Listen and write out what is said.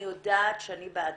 אני יודעת שאני בעצמי,